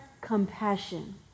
compassion